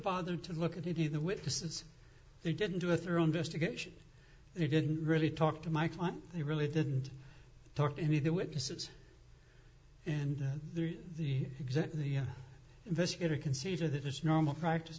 bothered to look at any of the witnesses they didn't do a thorough investigation they didn't really talk to my client they really didn't talk to any of the witnesses and the exactly the investigator consider that is normal practice